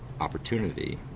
opportunity